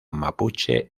mapuche